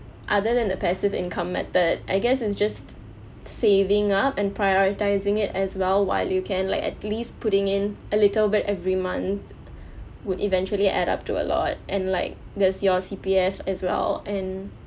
other than the passive income method I guess it's just saving up and prioritising it as well while you can like at least putting in a little bit every month would eventually add up to a lot and like there's your C_P_F as well and